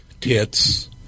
tits